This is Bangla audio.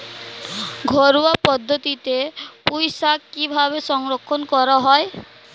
ঘরোয়া পদ্ধতিতে পুই শাক কিভাবে সংরক্ষণ করা হয়?